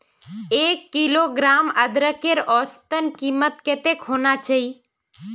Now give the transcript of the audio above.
एक किलोग्राम अदरकेर औसतन कीमत कतेक होना चही?